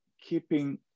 keeping